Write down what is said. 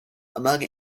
among